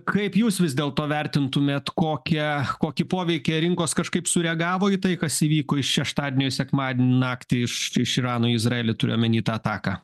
kaip jūs vis dėlto vertintumėt kokią kokį poveikį rinkos kažkaip sureagavo į tai kas įvyko iš šeštadienio į sekmadienį naktį iš iš irano į izraelį turiu omeny tą ataką